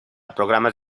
programas